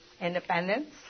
Independence